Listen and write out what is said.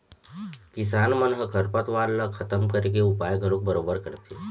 किसान मन ह खरपतवार ल खतम करे के उपाय घलोक बरोबर करथे